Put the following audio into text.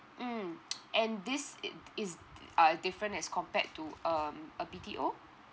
mmhmm and this is is uh different as compared to um a B_T_O